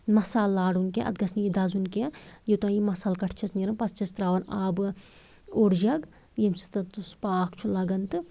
مصالہ لارُن کیٚنہہ اَتھ گژھِ نہٕ یہِ دَزُن کیٚنہہ یوتام یہِ مصالہٕ کٔٹھ چھَس نٮ۪ران پتہٕ چھَس تراوان آبہٕ اوٚڑ جگ ییٚمہِ سۭتۍ تَتھ سُہ پاک چھِ لَگان تہٕ